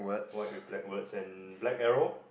white with black words and black arrow